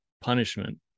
punishment